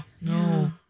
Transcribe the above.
No